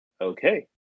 Okay